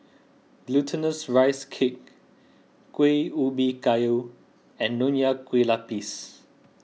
Glutinous Rice Cake Kuih Ubi Kayu and Nonya Kueh Lapis